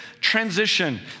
transition